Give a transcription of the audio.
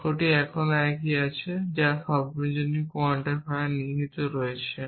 বাক্যটি এখনও একই আছে যা সর্বজনীন কোয়ান্টিফায়ার নিহিত রয়েছে